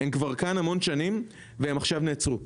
הם כבר כאן המון שנים, והם עכשיו נעצרו.